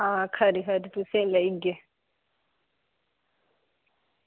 हां खरी खरी तुसेंगी लेई जाह्गे